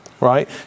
right